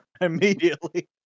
immediately